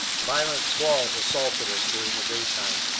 violent squalls assaulted us during the daytime.